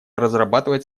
разрабатывать